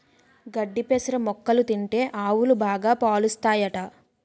గడ్డి పెసర మొక్కలు తింటే ఆవులు బాగా పాలుస్తాయట